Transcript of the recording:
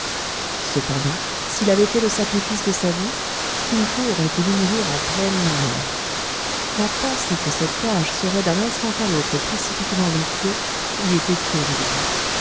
cependant s'il avait fait le sacrifice de sa vie kin fo aurait voulu mourir en pleine lumière la pensée que cette cage serait d'un instant à l'autre précipitée dans les flots lui était horrible